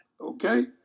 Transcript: Okay